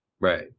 Right